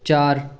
ਚਾਰ